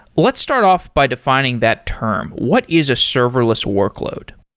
let's start off by defining that term. what is a serverless workload?